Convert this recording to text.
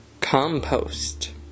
Compost